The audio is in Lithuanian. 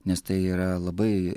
nes tai yra labai